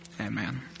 amen